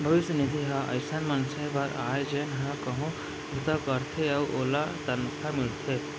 भविस्य निधि ह अइसन मनसे बर आय जेन ह कहूँ बूता करथे अउ ओला तनखा मिलथे